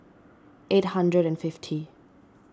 eight hundred and fifty